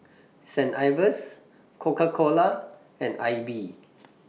Saint Ives Coca Cola and AIBI